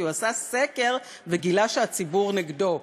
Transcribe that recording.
כי הוא עשה סקר וגילה שהציבור נגדו,